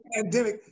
pandemic